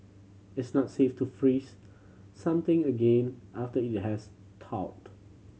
it's not safe to freeze something again after it has thawed